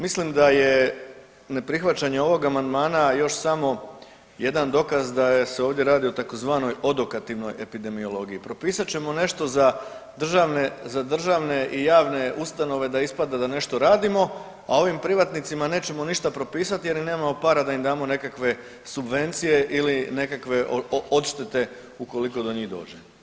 Mislim da je neprihvaćanje ovog amandmana još samo jedan dokaz da se ovdje radi o tzv. odokativnoj epidemiologiji, propisat ćemo nešto za državne i javne ustanove da ispadne da nešto radimo, a ovim privatnicima nećemo ništa propisati jer nemamo para da im damo nekakve subvencije ili nekakve odštete ukoliko do njih dođe.